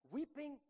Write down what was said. Weeping